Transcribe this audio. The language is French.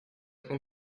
qu’on